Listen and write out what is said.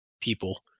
people